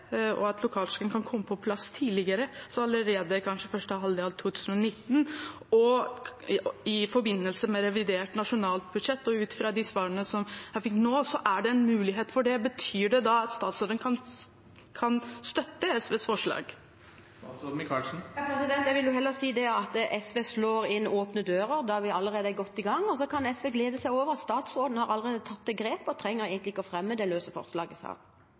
og at lokalkjøkken kan komme på plass tidligere, kanskje allerede i første halvdel av 2019, i forbindelse med revidert nasjonalbudsjett. Ut ifra de svarene som kom nå, er det en mulighet for det. Betyr dette at statsråden kan støtte SVs forslag? Jeg vil heller si at SV slår inn åpne dører, da vi allerede er godt i gang. SV kan glede seg over at statsråden allerede har tatt det grepet, og de hadde egentlig ikke trengt å fremme det forslaget